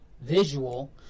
visual